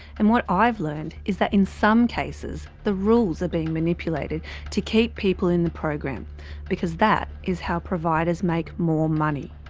and what i've learned. is that in some cases the rules are being manipulated to keep people in the program because that is how providers make more money.